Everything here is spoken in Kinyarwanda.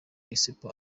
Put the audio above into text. expo